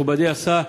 מכובדי השר,